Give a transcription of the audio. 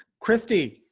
kristy,